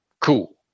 cool